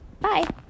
Bye